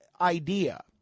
idea